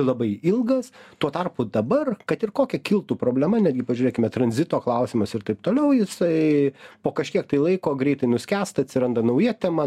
labai ilgas tuo tarpu dabar kad ir kokia kiltų problema netgi pažiūrėkime tranzito klausimas ir taip toliau jisai po kažkiek tai laiko greitai nuskęsta atsiranda nauja tema